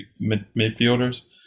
midfielders